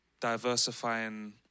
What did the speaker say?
Diversifying